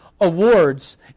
awards